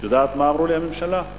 את יודעת מה אמרו לי, הממשלה?